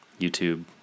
youtube